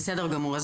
בסדר גמור,